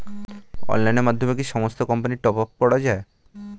অনলাইনের মাধ্যমে কি সমস্ত কোম্পানির টপ আপ করা যায়?